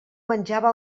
menjava